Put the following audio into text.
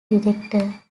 director